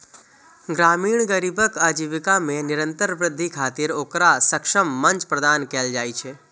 ग्रामीण गरीबक आजीविका मे निरंतर वृद्धि खातिर ओकरा सक्षम मंच प्रदान कैल जाइ छै